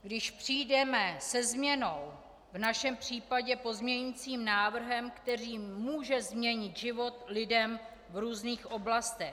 Když přijdeme se změnou, v našem případě pozměňujícím návrhem, který může změnit život lidem v různých oblastech.